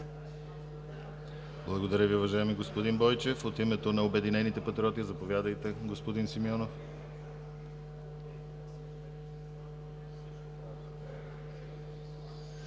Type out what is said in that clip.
Благодаря Ви, уважаеми господин Бойчев. От името на Обединените патриоти – заповядайте, господин Симеонов.